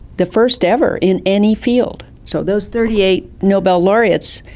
the first ever in any field. so those thirty eight nobel laureates,